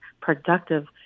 productive